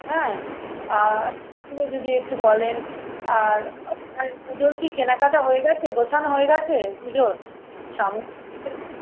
হ্যাঁ আর এগুলো যদি একটু বলেন আর আপনার পুজোর কি কেনাকাটা হয়ে গেছে গোছানো হয়ে গেছে পুজোর সামগ্রী